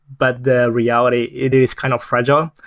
but the reality it is kind of fragile,